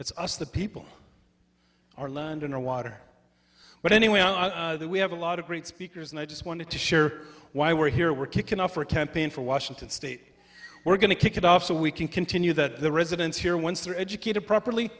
us the people are learned in our water but anyway are there we have a lot of great speakers and i just wanted to share why we're here we're kicking off for a temp in for washington state we're going to kick it off so we can continue that the residents here once they're educated properly